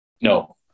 No